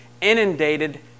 inundated